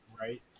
Right